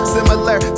Similar